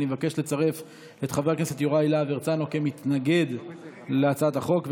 אני מבקש לצרף את חבר הכנסת יוראי להב הרצנו כמתנגד להצעת החוק.